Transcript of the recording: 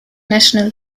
national